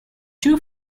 two